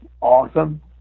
awesome